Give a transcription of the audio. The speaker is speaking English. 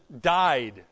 died